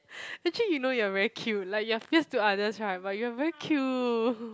actually you know you are very cute like you are fierce to others right but you are very cute